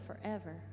forever